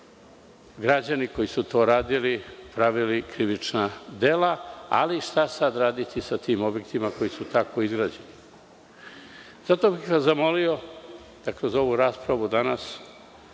građani, koji su to radili, pravili krivična dela. Ali, šta sada raditi sa tim objektima koji su tako izgrađeni? Zamolio bih vas da kroz ovu raspravu danas